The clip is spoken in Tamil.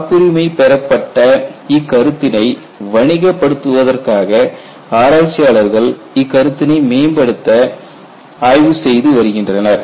காப்புரிமை பெறப்பட்ட இக்கருத்தினை வணிக படுத்துவதற்காக ஆராய்ச்சியாளர்கள் இக்கருத்தினை மேம்படுத்த ஆய்வு செய்து வருகின்றனர்